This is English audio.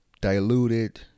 diluted